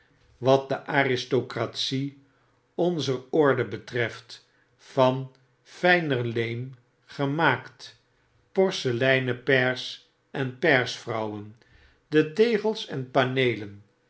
wat de aristocratic onzer orde betreft van fijner leem gemaakt porseleinen pairs en pairsvrouwen de tegels en paneelen